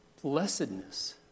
Blessedness